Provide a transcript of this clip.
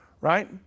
right